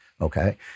Okay